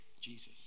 Jesus